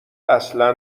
اصلا